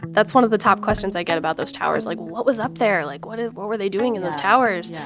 that's one of the top questions i get about those towers, like what was up there? like what what they doing in those towers? yeah